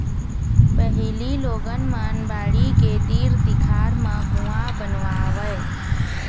पहिली लोगन मन बाड़ी के तीर तिखार म कुँआ बनवावय